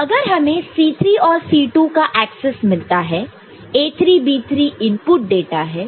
अगर हमें C3 और C2 का ऐक्सेस मिलता है A3 B3 इनपुट डाटा है